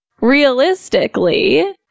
Realistically